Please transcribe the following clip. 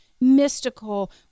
mystical